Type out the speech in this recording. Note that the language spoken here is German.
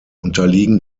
unterliegen